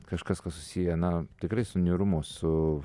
kažkas kas susiję na tikrai su niūrumu su